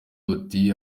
buti